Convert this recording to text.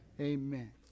Amen